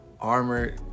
armored